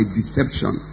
deception